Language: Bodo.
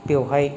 बेयावहाय